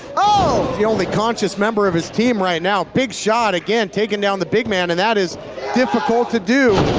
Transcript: oh! he's the only conscious member of his team right now. big shot again, taking down the big man and that is difficult to do.